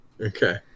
Okay